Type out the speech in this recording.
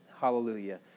Hallelujah